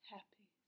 Happy